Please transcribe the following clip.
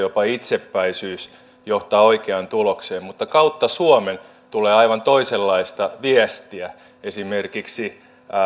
jopa itsepäisyys johtavat oikeaan tulokseen mutta kautta suomen tulee aivan toisenlaista viestiä esimerkiksi